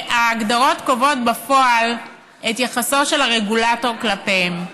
וההגדרות קובעות בפועל את יחסו של הרגולטור כלפיהן.